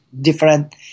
different